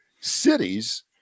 cities